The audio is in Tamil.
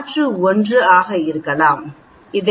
மாற்று σ1 2 ஆக இருக்கலாம் σ2 2 இலிருந்து வேறுபட்டது